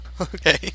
Okay